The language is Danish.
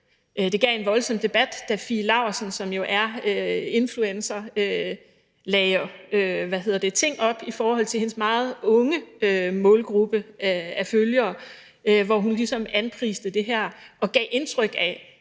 det gav en voldsom debat, da Fie Laursen, som er influencer, lagde ting op i forhold til sin meget unge målgruppe af følgere, hvor hun ligesom anpriste det her og gav indtryk af,